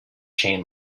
chain